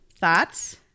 Thoughts